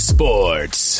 Sports